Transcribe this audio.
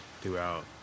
throughout